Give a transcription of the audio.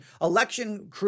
Election